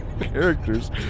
characters